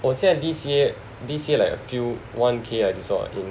我现在 D_C_A D_C_A like a few one K like this lot I in